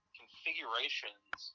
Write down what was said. configurations